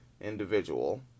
individual